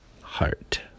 heart